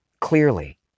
clearly